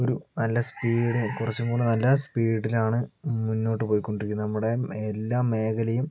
ഒരു നല്ല സ്പീഡ് കുറച്ചുകൂടി നല്ല സ്പീഡിലാണ് മുന്നോട്ട് പോയ്കൊണ്ടിരിക്കുന്നത് നമ്മുടെ എല്ലാ മേഖലയും